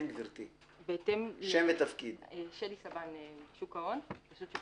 אני מרשות שוק ההון.